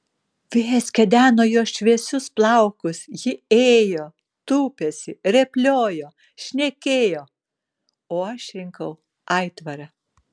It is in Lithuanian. vėjas kedeno jos šviesius plaukus ji ėjo tupėsi rėpliojo šnekėjo o aš rinkau aitvarą